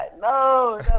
No